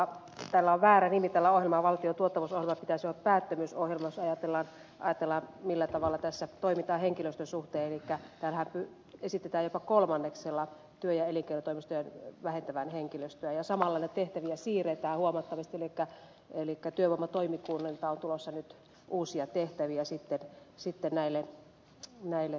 tällä on väärä nimi tällä valtion tuottavuusohjelmalla sen pitäisi olla päättömyysohjelma jos ajatellaan millä tavalla tässä toimitaan henkilöstön suhteen elikkä täällähän esitetään jopa kolmanneksella työ ja elinkeinotoimistojen vähentävän henkilöstöään ja samalla tehtäviä siirretään huomattavasti elikkä työvoimatoimikunnilta on tulossa nyt uusia tehtäviä näille toimistoille